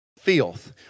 filth